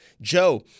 Joe